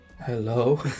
Hello